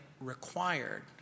required